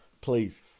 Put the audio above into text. please